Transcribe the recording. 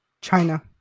China